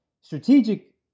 strategic